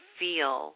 feel